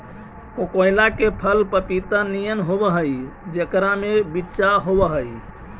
कोकोइआ के फल पपीता नियन होब हई जेकरा में बिच्चा होब हई